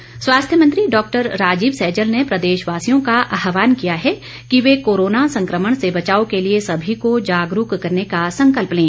सैजल स्वास्थ्य मंत्री डॉक्टर राजीव सैजल ने प्रदेशवासियों का आहवान किया है कि वे कोरोना संक्रमण से बचाव के लिए सभी को जागरूक करने का संकल्प लें